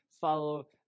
follow